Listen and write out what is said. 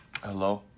Hello